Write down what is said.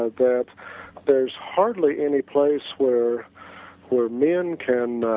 ah that there's hardly any place where where men can